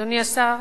אדוני השר,